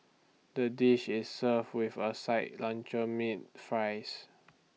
the dish is served with A side luncheon meat fries